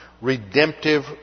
redemptive